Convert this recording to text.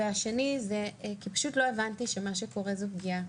והשנייה, כי פשוט לא הבנתי שמה שקורה זה פגיעה.